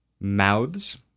Mouths